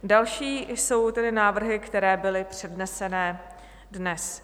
Další jsou tedy návrhy, které byly předneseny dnes.